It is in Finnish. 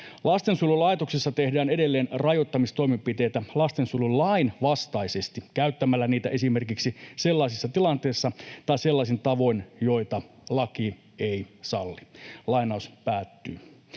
Lastensuojelulaitoksissa tehdään edelleen rajoittamistoimenpiteitä lastensuojelulain vastaisesti käyttämällä niitä esimerkiksi sellaisissa tilanteissa tai sellaisin tavoin, joita laki ei salli.” Arvoisa